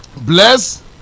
Bless